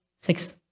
six